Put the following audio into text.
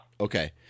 okay